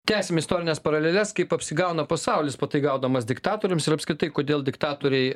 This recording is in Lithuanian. tęsim istorines paraleles kaip apsigauna pasaulis pataikaudamas diktatoriams ir apskritai kodėl diktatoriai